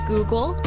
Google